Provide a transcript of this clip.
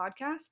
podcast